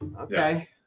Okay